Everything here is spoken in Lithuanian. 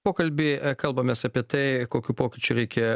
pokalbį kalbamės apie tai kokių pokyčių reikia